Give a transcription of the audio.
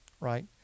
right